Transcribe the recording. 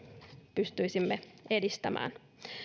pystyisimme edistämään